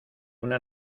una